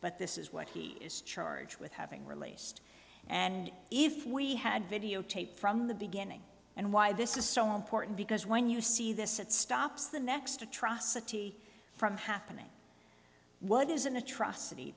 but this is what he is charged with having released and if we had videotape from the beginning and why this is so important because when you see this it stops the next atrocity from happening what is an atrocity